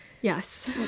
yes